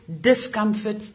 discomfort